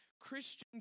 Christian